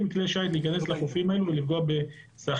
מכלי שייט להיכנס לחופים האלה ולפגוע בשחיינים.